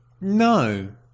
no